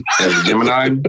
Gemini